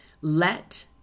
let